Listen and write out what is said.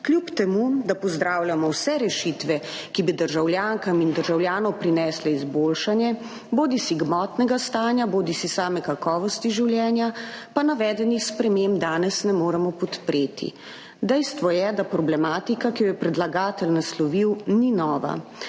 Kljub temu, da pozdravljamo vse rešitve, ki bi državljankam in državljanom prinesle izboljšanje bodisi gmotnega stanja bodisi same kakovosti življenja, pa navedenih sprememb danes ne moremo podpreti. Dejstvo je, da problematika, ki jo je predlagatelj naslovil, ni nova.